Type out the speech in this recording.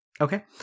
Okay